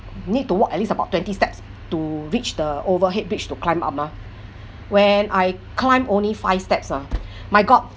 need to walk at least about twenty steps to reach the overhead bridge to climb on mah when I climb only five steps ah my god